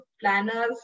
planners